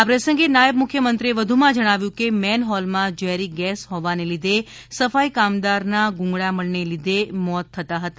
આ પ્રસંગે નાયબ મુખ્યમંત્રીએ વધુમાં જણાવ્યું હતું કે મેનહોલમાં ઝેરી ગેસ હોવાને લીઘે સફાઈ કામદાર ના ગૂંગળામણ ને લીધે મોત થતા હતા